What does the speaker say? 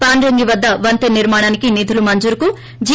పాండ్రంగి వద్ద వంతెన నిర్మాణంనకు నిధులు మంజురుకు జి